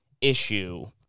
issue